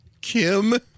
Kim